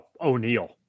O'Neill